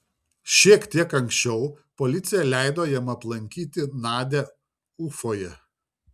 šiek tiek anksčiau policija leido jam aplankyti nadią ufoje